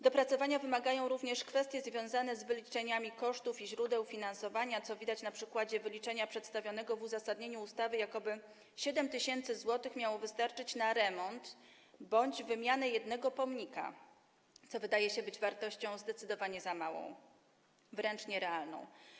Dopracowania wymagają kwestie związane z wyliczeniami kosztów i źródeł finansowania, co widać na przykładzie wyliczenia przedstawionego w uzasadnieniu ustawy, jakoby 7 tys. zł miało wystarczyć na remont bądź wymianę jednego pomnika, co wydaje się wartością zdecydowanie za małą, wręcz nierealną.